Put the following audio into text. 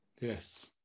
Yes